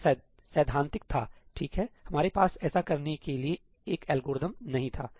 यह सैद्धांतिक था ठीक है हमारे पास ऐसा करने के लिए एक एल्गोरिथ्म नहीं था